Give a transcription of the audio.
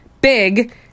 Big